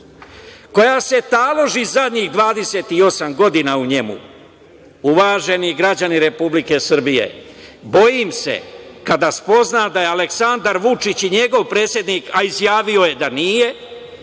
koja se taloži zadnjih 28 godina u njemu. Uvaženi građani Republike Srbije, bojim se kada spozna da je Aleksandar Vučić i njegov predsednik, a izjavio je da nije,